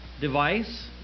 device